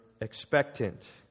expectant